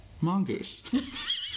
mongoose